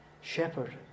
shepherd